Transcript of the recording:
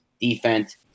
defense